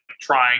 trying